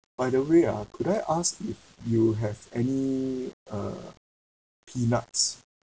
by the way ah could I ask if you have any uh peanuts